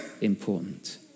important